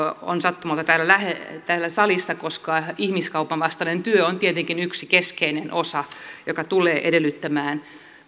on sattumalta täällä salissa koska ihmiskaupan vastainen työ on tietenkin yksi keskeinen osa joka tulee edellyttämään